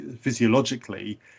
physiologically